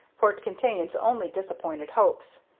for it contains only disappointed hopes.